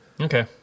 okay